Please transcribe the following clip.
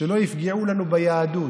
שלא יפגעו לנו ביהדות.